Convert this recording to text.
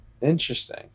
Interesting